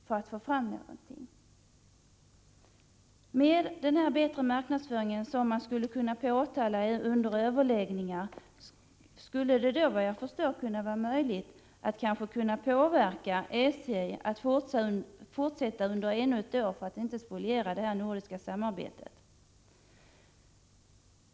Med hänvisning till effekterna av en bättre marknadsföring, som regeringen under överläggningar skulle kunna påpeka behovet av, borde det, efter vad jag förstår, kunna vara möjligt att påverka SJ att fortsätta med ungdomsresekortet under ännu ett år för att inte spoliera det nordiska samarbetet på detta område.